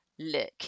Look